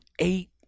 eight